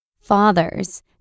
Fathers